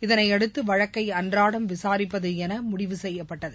இதனையடுத்து வழக்கை அன்றாடம் விசாரிப்பது என முடிவு செய்யப்பட்டது